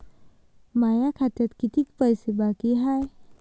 माया खात्यात कितीक पैसे बाकी हाय?